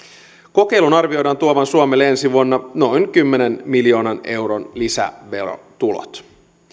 kokeilun arvioidaan tuovan suomelle ensi vuonna noin kymmenen miljoonan euron lisäverotulot